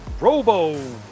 robo